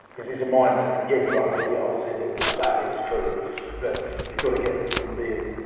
is is a mindset thing, yeah you own it, yeah obviously that like that is true but you've gotta get from being,